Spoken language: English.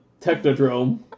technodrome